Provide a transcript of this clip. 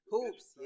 Hoops